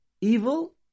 evil